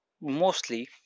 Mostly